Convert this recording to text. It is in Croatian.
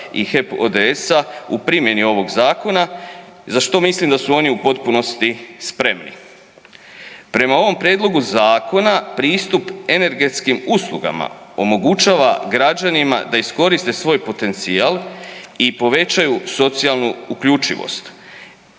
i HEP ODS-a u primjeni ovog zakona za što mislim da su oni u potpunosti spremi. Prema ovom prijedlogu zakona pristup energetskim uslugama omogućava građanima da iskoriste svoj potencijal i povećaju socijalnu uključivost.